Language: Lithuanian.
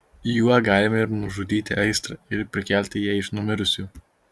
juo galime ir nužudyti aistrą ir prikelti ją iš numirusių